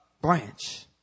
branch